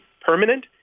permanent